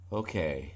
okay